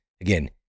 Again